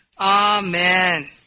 Amen